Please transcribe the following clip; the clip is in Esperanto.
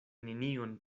nenion